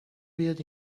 بیاد